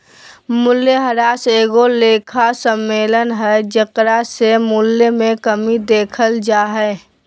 मूल्यह्रास एगो लेखा सम्मेलन हइ जेकरा से मूल्य मे कमी देखल जा हइ